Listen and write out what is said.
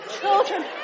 Children